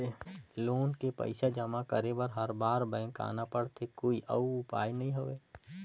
Loan के पईसा जमा करे बर हर बार बैंक आना पड़थे कोई अउ उपाय नइ हवय?